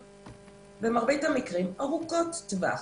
במרבית המקרים הן ארוכות טווח.